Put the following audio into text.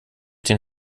den